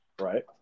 Right